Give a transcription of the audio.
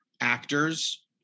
actors